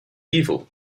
evil